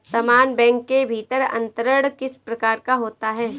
समान बैंक के भीतर अंतरण किस प्रकार का होता है?